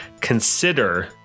consider